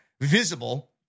visible